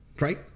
right